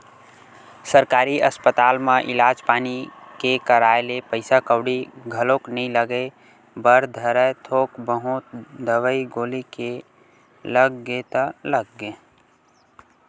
सरकारी अस्पताल म इलाज पानी के कराए ले पइसा कउड़ी घलोक नइ लगे बर धरय थोक बहुत दवई गोली के लग गे ता लग गे